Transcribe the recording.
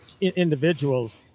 individuals